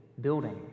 Building